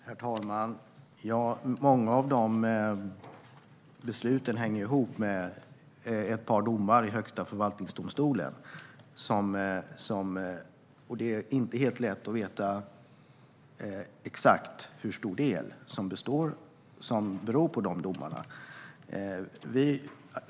Herr talman! Många av besluten hänger ihop med ett par domar i Högsta förvaltningsdomstolen. Det är inte helt lätt att veta exakt hur stor del som beror på dessa domar.